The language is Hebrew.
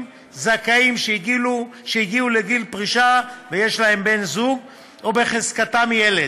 זכאים שהגיעו לגיל פרישה ויש להם בן-זוג או בחזקתם ילד,